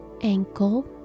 ankle